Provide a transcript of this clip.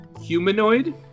humanoid